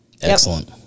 Excellent